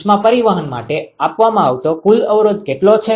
ઉષ્મા પરિવહન માટે આપવામાં આવતો કુલ અવરોધ કેટલો છે